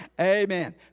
Amen